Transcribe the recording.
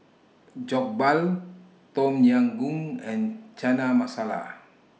Jokbal Tom Yam Goong and Chana Masala